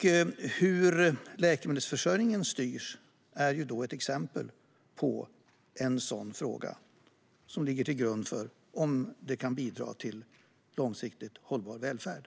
Hur läkemedelsförsörjningen styrs är ett exempel på en sådan fråga, som alltså handlar om att bidra till en långsiktigt hållbar välfärd.